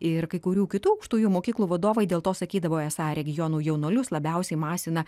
ir kai kurių kitų aukštųjų mokyklų vadovai dėl to sakydavo esą regionų jaunuolius labiausiai masina